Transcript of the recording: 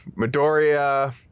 Midoriya